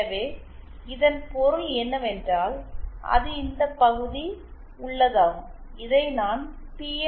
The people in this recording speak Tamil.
எனவே இதன் பொருள் என்னவென்றால் அது இந்த பகுதி உள்ளதாகும் இதை நான் பி